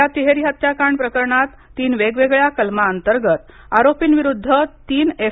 या तिहेरी हत्याकांड प्रकरणात तीन वेगवेगळ्या कलमांअंतर्गत आरोपीं विरूद्ध तीन एफ